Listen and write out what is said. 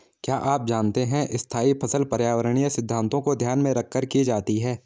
क्या आप जानते है स्थायी फसल पर्यावरणीय सिद्धान्तों को ध्यान में रखकर की जाती है?